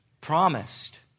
promised